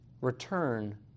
return